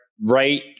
right